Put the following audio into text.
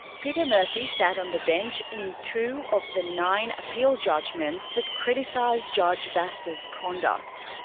peter murphy sat on the bench, in two of the nine appeal judgements that criticised judge vasta's conduct.